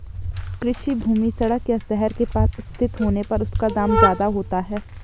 कृषि भूमि सड़क या शहर के पास स्थित होने पर उसका दाम ज्यादा होता है